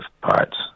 parts